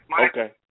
Okay